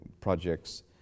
projects